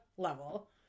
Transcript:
level